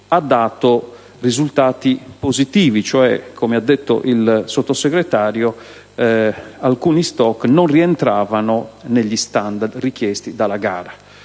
dato risultati positivi. Come ha precisato il Sottosegretario, alcuni *stock* non rientravano negli standard richiesti dalla gara.